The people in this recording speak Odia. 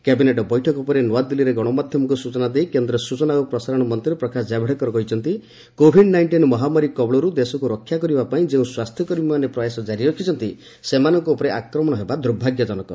କ୍ୟାବିନେଟ୍ ବୈଠକ ପରେ ନୂଆଦିଲ୍ଲୀରେ ଗଣମାଧ୍ୟମକୁ ସୂଚନା ଦେଇ କେନ୍ଦ୍ର ସୂଚନା ଓ ପ୍ରସାରଣ ମନ୍ତ୍ରୀ ପ୍ରକାଶ ଜାବଡେକର କହିଛନ୍ତି କୋଭିଡ୍ ନାଇଷ୍ଟିନ୍ ମହାମାରୀ କବଳରୁ ଦେଶକୁ ରକ୍ଷା କରିବା ପାଇଁ ଯେଉଁ ସ୍ୱାସ୍ଥ୍ୟକର୍ମୀମାନେ ପ୍ରୟାସ ଜାରି ରଖିଛନ୍ତି ସେମାନଙ୍କ ଉପରେ ଆକ୍ରମଣ ହେବା ଦୁର୍ଭାଗ୍ୟଜନକ